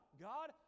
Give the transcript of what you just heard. God